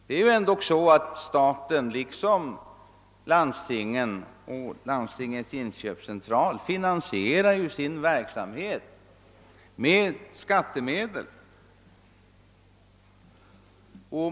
Det är ju ändå så att staten liksom landstingen och LIC finansierar sin verksamhet med skattemedel.